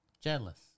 jealous